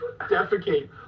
defecate